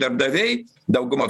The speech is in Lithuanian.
darbdaviai dauguma